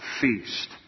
feast